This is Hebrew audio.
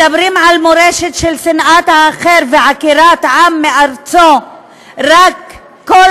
מדברים על מורשת של שנאת האחר ועקירת עם מארצו רק כי,